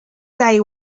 day